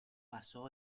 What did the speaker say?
pasó